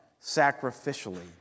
sacrificially